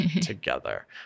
together